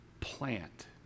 plant